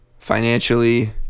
Financially